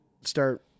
start